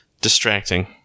distracting